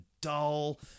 dull